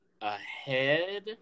ahead